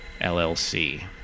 LLC